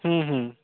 हूँ हूँ